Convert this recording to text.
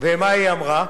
ומה היא אמרה.